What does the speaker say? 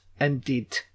indeed